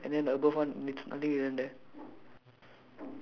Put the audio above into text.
below one is the doors and then the above one it's nothing written there